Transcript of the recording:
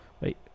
Wait